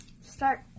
Start